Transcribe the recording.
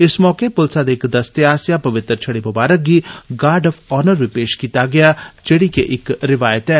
इस मौके पुलसै दे इक दस्ते आसेआ पवित्र छड़ी मुबारक गी गार्ड ऑफ ऑनर बी पेश कीता गेआ जेडी के इक रिवायत ऐ